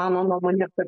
mano nuomone kad